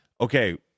okay